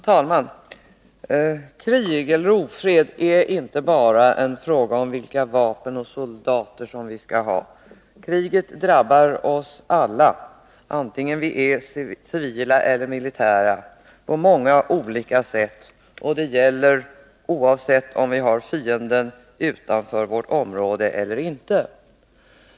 Herr talman! Krig eller ofred är inte bara en fråga om vilka vapen och vilka soldater vi skall ha. Kriget drabbar oss alla — vare sig vi är civila eller militära — på många olika sätt. Det gäller oavsett om fienden är utanför vårt område eller inte.